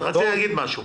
רצית להגיד משהו.